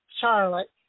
Charlotte